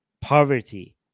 poverty